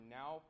now